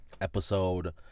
episode